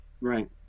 right